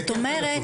זאת אומרת,